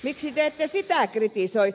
miksi te ette sitä kritisoi